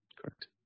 correct